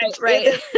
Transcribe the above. Right